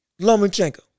Lomachenko